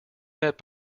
met